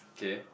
okay